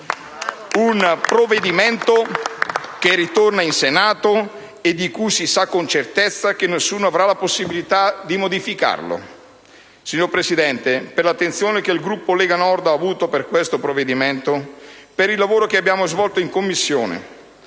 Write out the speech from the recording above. un provvedimento che arriva in Senato e circa il quale si sa con certezza che nessuno avrà la possibilità di modificarlo. Signor Presidente, per l'attenzione che la Lega Nord ha avuto per questo decreto, per il lavoro che abbiamo svolto in Commissione,